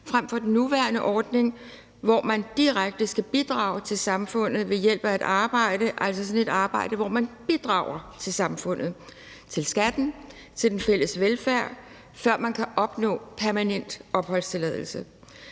vi har den nuværende ordning, hvor man direkte skal bidrage til samfundet ved hjælp af et arbejde, altså sådan et arbejde, hvor man bidrager til samfundet, til skatten, til den fælles velfærd, før man kan opnå permanent opholdstilladelse.